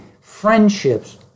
friendships